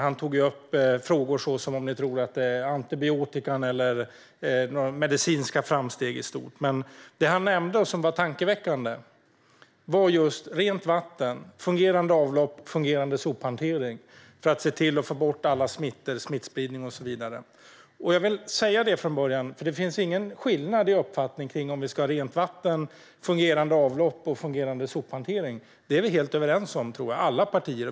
Han undrade om vi trodde att det var till exempel antibiotikan eller medicinska framsteg i stort. Men det han nämnde - vilket var tankeväckande - var just rent vatten, fungerande avlopp och fungerande sophantering, som ser till att få bort smittor, smittspridning och så vidare. Jag ville säga detta från början, för det finns mellan oss ingen skillnad i uppfattning om huruvida vi ska ha rent vatten, fungerande avlopp och fungerande sophantering. Detta tror jag att vi är helt överens om, alla partier.